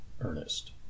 Ernest